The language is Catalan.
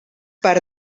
per